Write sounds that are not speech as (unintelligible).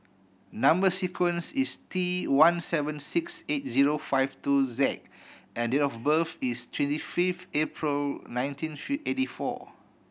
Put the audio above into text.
number sequence is T one seven six eight zero five two Z and date of birth is twenty fifth April nineteen (unintelligible) eighty four